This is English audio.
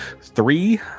three